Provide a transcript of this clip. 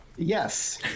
Yes